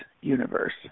universe